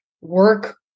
work